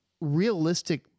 realistic